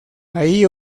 allí